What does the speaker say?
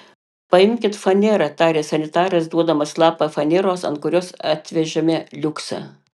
paimkit fanerą tarė sanitaras duodamas lapą faneros ant kurios atvežėme liuksą